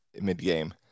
mid-game